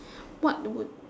what would